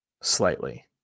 slightly